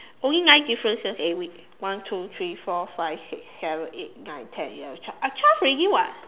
only nine differences eh wait one two three four five six seven eight nine ten eleven twelve I twelve already [what]